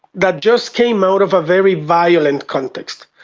that just came out of a very violent context.